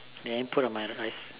then put on my rice